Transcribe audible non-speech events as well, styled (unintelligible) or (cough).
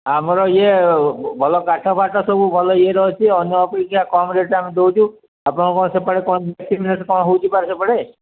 ଆମର ଇଏ ଭଲ କାଠ ଫାଟ ସବୁ ଭଲ ଇଏର ଅଛି ଅନ୍ୟ ଅପେକ୍ଷା କମ୍ ରେଟ୍ରେ ଆମେ ଦଉଛୁ ଆପଣ କ'ଣ ସେପଟେ କ'ଣ (unintelligible) କ'ଣ ହଉଛି ପରା ସେପଟେ